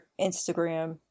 Instagram